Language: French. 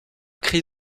cri